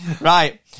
Right